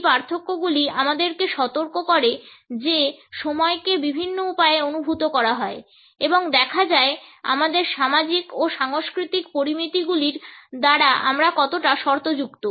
এই পার্থক্যগুলি আমাদেরকে সতর্ক করে যে সময়কে বিভিন্ন উপায়ে অনুভূত করা হয় এবং দেখা যায় আমাদের সামাজিক ও সাংস্কৃতিক পরামিতিগুলির দ্বারা আমরা কতটা শর্তযুক্ত